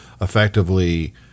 effectively